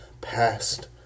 past